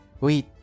wait